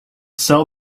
sell